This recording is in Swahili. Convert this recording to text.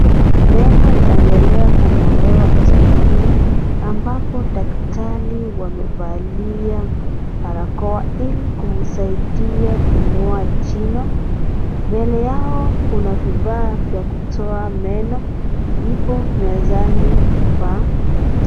Meno yaenndelea kungolewa hospitalini ambapo daktari wamevalia barakoa iko kumsaidia kungoa jino. Mbele yao kuna vifaa vya kutoa meno, ipo mezani pa daktari.